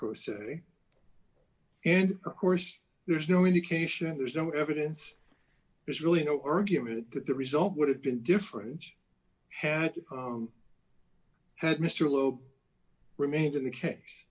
person and of course there's no indication there's no evidence there's really no argument that the result would have been different had had mr loeb remained in the case